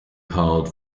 called